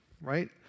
right